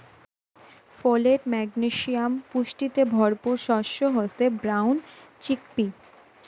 folate, magnesium পুষ্টিতে ভরপুর শস্য হসে ব্রাউন চিকপি